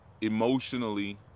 emotionally